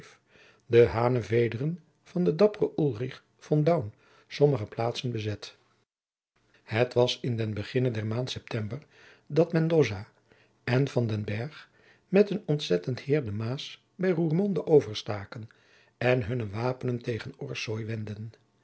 de hanevederen van den dapperen ulrich von daun sommige plaatsen bezet het was in den beginne der maand september dat mendoza en van den berg met een ontzettend heir de maas bij roermonde overstaken en hunne jacob van lennep de pleegzoon wapenen tegen